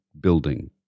building